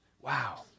Wow